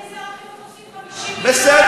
בגלל זה שר החינוך הוסיף 50 מיליון לתקציב, בסדר.